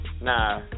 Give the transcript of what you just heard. nah